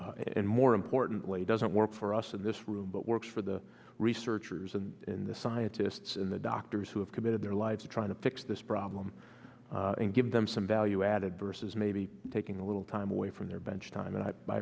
importantly doesn't work for us in this room but works for the researchers and in the scientists and the doctors who have committed their lives to trying to fix this problem and give them some value added versus maybe taking a little time away from their bench time and i